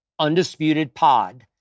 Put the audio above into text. UndisputedPod